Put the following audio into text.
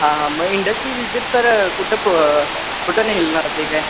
हां हां मग इंडस्ट्री विजिट सर कुठं प कुठं नेली जाते काय